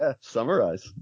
Summarize